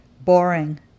boring